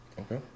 Okay